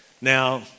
Now